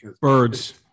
Birds